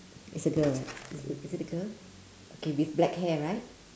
is a girl right is is it a girl okay with black hair right